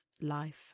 life